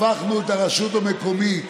הפכנו את הרשות המקומית